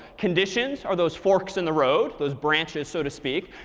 conditions are those forks in the road those branches so to speak.